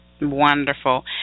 wonderful